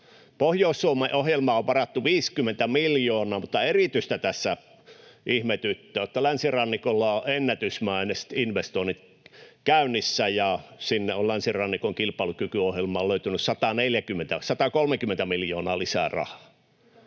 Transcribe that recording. Pohjois-Suomen ohjelmaan on varattu 50 miljoonaa, mutta erityisesti tässä ihmetyttää, että länsirannikolla on ennätysmäiset investoinnit käynnissä ja länsirannikon kilpailukykyohjelmalle on löytynyt 130 miljoonaa euroa lisää rahaa.